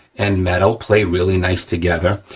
and metal, play really nice together,